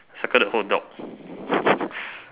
circle the whole dog